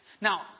Now